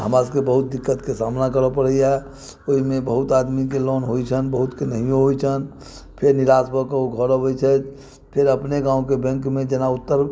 हमरा सबके बहुत दिक्कतके सामना करऽ पड़ैए ओइमे बहुत आदमीके लोन होइ छनि बहुतके नहियो होइ छनि फेर निराश भऽ कऽ ओ घर अबै छथि फेर अपने गावँके बैंकमे जेना उत्तर